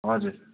हजुर